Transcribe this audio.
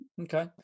okay